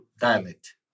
dialect